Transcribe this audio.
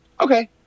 Okay